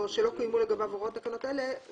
או שלא קוימו לגביו הוראות תקנות אלה,